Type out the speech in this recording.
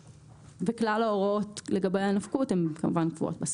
כלל ההוראות לגבי הנפקות הן כמובן קבועות בסעיף.